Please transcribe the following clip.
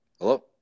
Hello